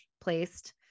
placed